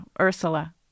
Ursula